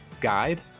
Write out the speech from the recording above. guide